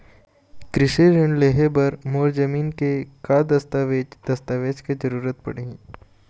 कृषि ऋण लेहे बर मोर जमीन के का दस्तावेज दस्तावेज के जरूरत पड़ही?